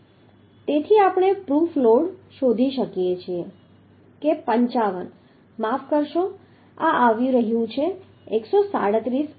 તેથી આપણે proof load શોધી શકીએ છીએ કે 55 માફ કરશો આ આવી રહ્યું છે 137 કિલોન્યુટન